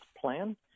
plan